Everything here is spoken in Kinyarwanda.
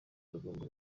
tugomba